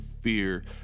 fear